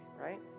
right